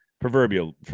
proverbial